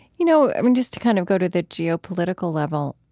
you know, i mean, just to kind of go to the geopolitical level,